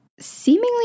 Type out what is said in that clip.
seemingly